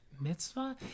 mitzvah